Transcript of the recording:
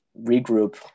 regroup